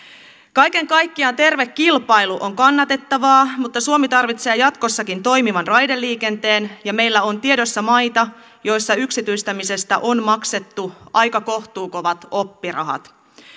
kaiken kaikkiaan terve kilpailu on kannatettavaa mutta suomi tarvitsee jatkossakin toimivan raideliikenteen ja meillä on tiedossa maita joissa yksityistämisestä on maksettu aika kohtuukovat oppirahat